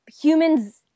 Humans